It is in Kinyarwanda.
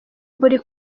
buri